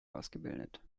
ausgebildet